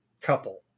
couple